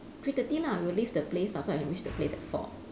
three thirty lah we'll leave the place so I can reach the place at four